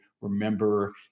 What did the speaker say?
remember